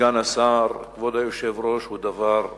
סגן השר, כבוד היושב-ראש, דבר פשוט.